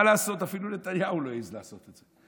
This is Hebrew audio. מה לעשות, אפילו נתניהו לא העז לעשות את זה.